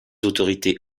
autorités